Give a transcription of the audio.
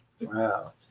Wow